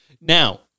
Now